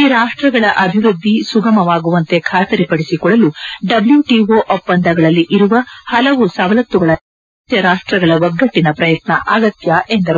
ಈ ರಾಷ್ಟಗಳ ಅಭಿವೃದ್ದಿ ಸುಗಮವಾಗುವಂತೆ ಖಾತರಿಪಡಿಸಿಕೊಳ್ಳಲು ಡಬ್ನೂ ಟಿಒ ಒಪ್ಪಂದಗಳಲ್ಲಿ ಇರುವ ಹಲವು ಸವಲತ್ತುಗಳ ರಕ್ಷಣೆಗೆ ಸದಸ್ಯ ರಾಷ್ಟ್ರಗಳ ಒಗ್ಗಟ್ಟಿನ ಪ್ರಯತ್ನ ಅಗತ್ಯ ಎಂದರು